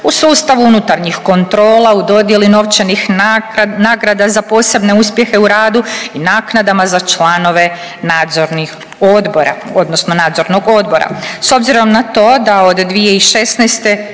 u sustavu unutarnjih kontrola, u dodjeli novčanih nagrada za posebne uspjehe u radu i naknadama za članove nadzornih odbora